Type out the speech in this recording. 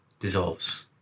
dissolves